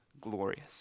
glorious